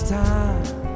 time